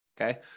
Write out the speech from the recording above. Okay